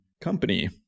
company